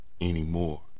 anymore